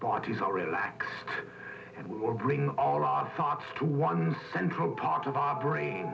bodies are relaxed and we will bring all our thoughts to one central part of our brain